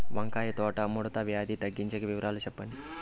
వంకాయ తోట ముడత వ్యాధి తగ్గించేకి వివరాలు చెప్పండి?